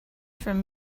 from